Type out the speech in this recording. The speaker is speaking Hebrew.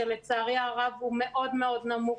שלצערי הרב הוא מאוד מאוד נמוך,